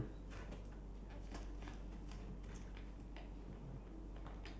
oh yes steal yes I like I like that steal